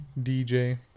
DJ